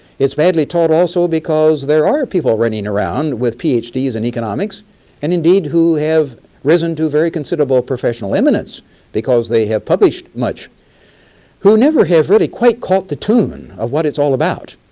it's badly taught also because there are people running around with ph d s in economics and indeed who have risen to very considerable professional eminence because they have published much who never have really quite caught the tune of what it's all about.